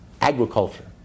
agriculture